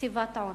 קציבת עונש.